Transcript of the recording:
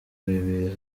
bibiri